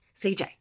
CJ